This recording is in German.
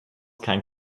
keinen